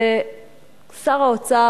ושר האוצר,